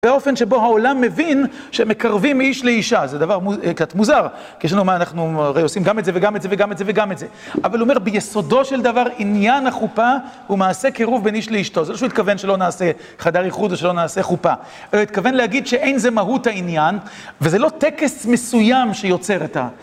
באופן שבו העולם מבין שמקרבים איש לאישה, זה דבר קצת מוזר, כי יש לנו מה אנחנו עושים גם את זה וגם את זה וגם את זה וגם את זה. אבל הוא אומר, ביסודו של דבר עניין החופה הוא מעשה קירוב בין איש לאשתו. זה לא שהוא התכוון שלא נעשה חדר ייחוד, או שלא נעשה חופה. הוא התכוון להגיד שאין זה מהות העניין, וזה לא טקס מסוים שיוצר את ה...